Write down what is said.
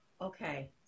Okay